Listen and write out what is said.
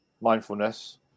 mindfulness